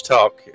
Talk